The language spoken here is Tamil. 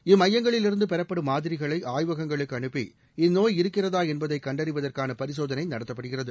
இம்மையங்களில் இருந்து பெறப்படும் மாதிரிகளை ஆய்வகங்களுக்கு அனுப்பி இந்நோய் இருக்கிறதா என்பதை கண்டறிவதற்கான பரிசோதனை நடத்தப்படுகிறது